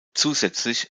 zusätzlich